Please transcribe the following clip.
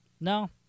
No